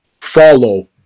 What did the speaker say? follow